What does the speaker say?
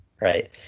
right